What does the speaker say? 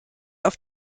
auf